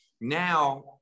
now